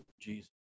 Jesus